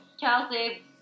Chelsea